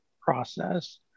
process